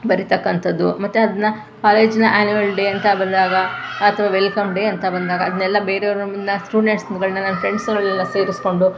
ಬರಿತಕ್ಕಂಥದ್ದು ಮತ್ತು ಅದನ್ನು ಕಾಲೇಜಿನ ಆ್ಯನ್ವಲ್ ಡೇ ಅಂತ ಬಂದಾಗ ಅಥ್ವಾ ವೆಲ್ಕಮ್ ಡೇ ಅಂತ ಬಂದಾಗ ಅದನ್ನೆಲ್ಲ ಬೇರೆಯವರಿಂದ ಸ್ಟೂಡೆಂಟ್ಸುಗಳ್ನೆಲ್ಲ ನನ್ನ ಫ್ರೆಂಡ್ಸುಗಳನ್ನೆಲ್ಲ ಸೇರಿಸ್ಕೊಂಡು